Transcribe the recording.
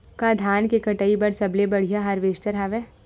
का धान के कटाई बर सबले बढ़िया हारवेस्टर हवय?